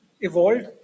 evolved